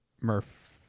Murph